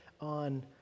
on